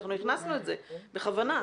הכנסנו את זה בכוונה.